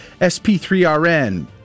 SP3RN